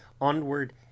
onward